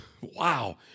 Wow